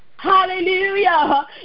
Hallelujah